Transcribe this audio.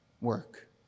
work